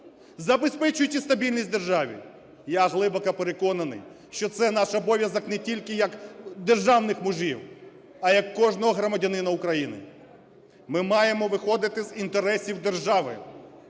забезпечуючи стабільність в державі! Я глибоко переконаний, що це наш обов'язок не тільки як державних мужів, а як кожного громадянина України. Ми маємо виходити з інтересів держави.